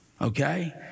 Okay